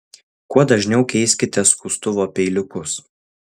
kuo dažniau keiskite skustuvo peiliukus